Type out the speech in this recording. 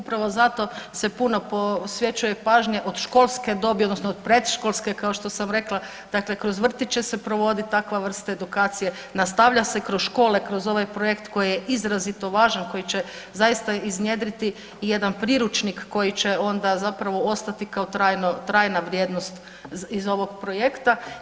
Upravo zato se puno posvećuje pažnje od školske dobi odnosno od predškolske kao što sam rekla, dakle kroz vrtiće se provodi takva vrsta edukacije, nastavlja se kroz škole kroz ovaj projekt koji je izrazito važan koji će zaista iznjedriti i jedan priručnik koji će onda zapravo ostati kao tajno, trajna vrijednost iz ovog projekta.